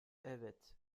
evet